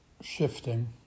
shifting